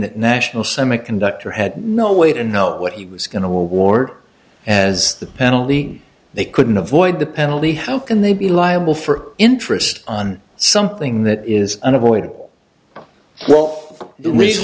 that national semiconductor had no way to know what he was going to award as the penalty they couldn't avoid the penalty how can they be liable for interest on something that is unavoidable